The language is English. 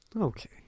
Okay